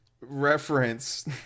reference